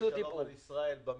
ושלום על ישראל.